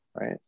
right